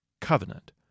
Covenant